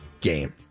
game